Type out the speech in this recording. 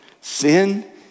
sin